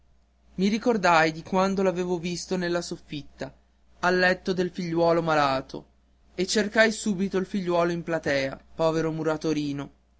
i ricordai di quando l'avevo visto nella soffitta al letto del figliuolo malato e cercai subito il figliuolo in platea povero muratorino